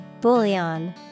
Bouillon